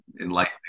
enlightening